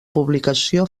publicació